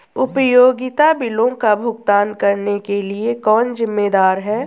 उपयोगिता बिलों का भुगतान करने के लिए कौन जिम्मेदार है?